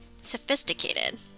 sophisticated